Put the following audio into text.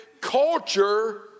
culture